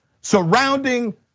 surrounding